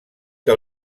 que